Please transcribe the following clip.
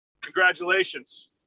Congratulations